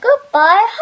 Goodbye